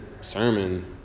sermon